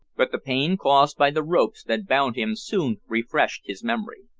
but the pain caused by the ropes that bound him soon refreshed his memory.